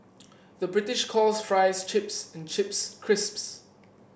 the British calls fries chips and chips crisps